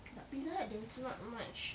but pizza hut there is not much